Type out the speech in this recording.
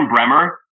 Bremmer